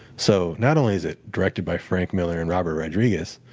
so not only is it directed by frank miller and robert rodriguez,